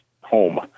home